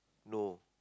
no